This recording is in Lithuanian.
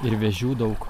ir vėžių daug